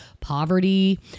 poverty